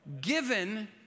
Given